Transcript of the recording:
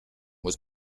was